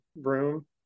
room